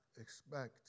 expect